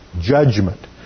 judgment